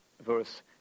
verse